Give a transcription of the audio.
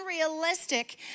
unrealistic